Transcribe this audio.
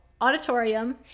auditorium